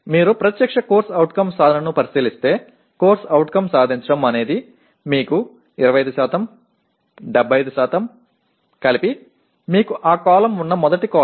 మీరు ప్రత్యక్ష CO సాధనను పరిశీలిస్తే CO సాధించడం అనేది మీకు 25 75 కలిపి మీకు ఆ కాలమ్ ఉన్న మొదటి కాలమ్